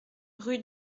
rue